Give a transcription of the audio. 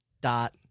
Dot